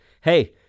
hey